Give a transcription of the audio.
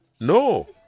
No